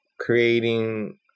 creating